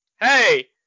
hey